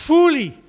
Fully